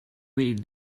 read